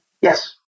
Yes